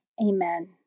Amen